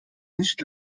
nicht